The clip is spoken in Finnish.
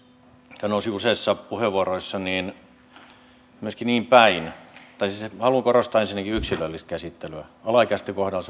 mitkä nousivat useissa puheenvuoroissa niin haluan korostaa ensinnäkin yksilöllistä käsittelyä alaikäisten kohdalla